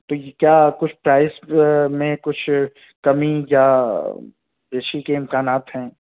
تو یہ کیا کچھ پرائس میں کچھ کمی یا بیشی کے امکانات ہیں